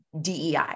DEI